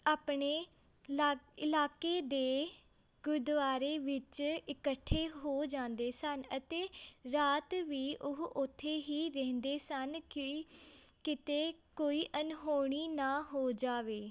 ਆਪਣੇ ਲਾ ਇਲਾਕੇ ਦੇ ਗੁਰਦੁਆਰੇ ਵਿੱਚ ਇਕੱਠੇ ਹੋ ਜਾਂਦੇ ਸਨ ਅਤੇ ਰਾਤ ਵੀ ਉਹ ਉੱਥੇ ਹੀ ਰਹਿੰਦੇ ਸਨ ਕਿ ਕਿਤੇ ਕੋਈ ਅਣਹੋਣੀ ਨਾ ਹੋ ਜਾਵੇ